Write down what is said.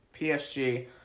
PSG